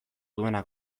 duena